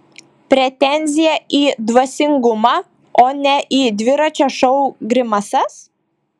pretenzija į dvasingumą o ne į dviračio šou grimasas